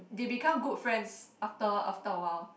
they become good friends after after awhile